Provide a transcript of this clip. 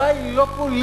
הבעיה היא לא פוליטית,